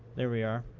there we are.